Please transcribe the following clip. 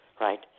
right